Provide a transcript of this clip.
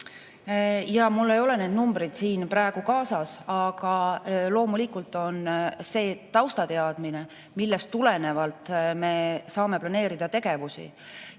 Mul ei ole neid numbreid praegu kaasas, aga loomulikult on see taustateadmine, millest tulenevalt me saame planeerida tegevusi.